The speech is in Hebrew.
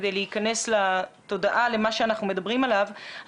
כדי להיכנס לתודעה של מה שאנחנו מדברים עליו,